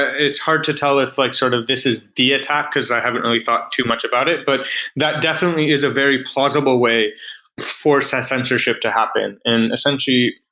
it's hard to tell if like sort of this is the attack as i haven't really thought too much about it, but that definitely is a very plausible way for sensorship to happen. and essentially,